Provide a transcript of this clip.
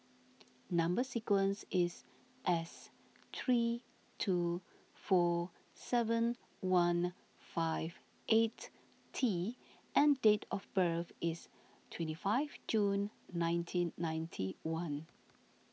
Number Sequence is S three two four seven one five eight T and date of birth is twenty five June nineteen ninety one